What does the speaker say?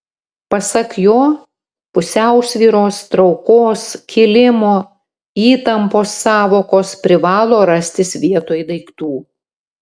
pasak jo pusiausvyros traukos kilimo įtampos sąvokos privalo rastis vietoj daiktų